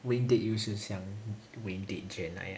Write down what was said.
wayne date you 就像 wayne date jan 那样